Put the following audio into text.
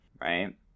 right